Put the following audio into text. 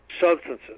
substances